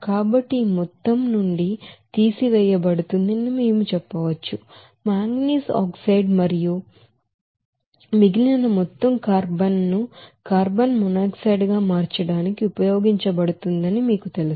కాబట్టి ఈ మొత్తం మొత్తం నుండి తీసివేయబడుతుందని మేము చెప్పవచ్చు మాంగనీస్ ఆక్సైడ్ మరియు మిగిలిన మొత్తం కార్బన్ ను కార్బన్ మోనాక్సైడ్ గా మార్చడానికి ఉపయోగించబడుతుందని మీకు తెలుసు